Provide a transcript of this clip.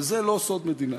וזה לא סוד מדינה,